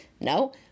No